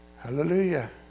Hallelujah